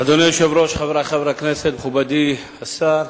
אדוני היושב-ראש, חברי חברי הכנסת, מכובדי השר,